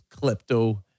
klepto